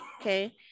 Okay